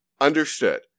Understood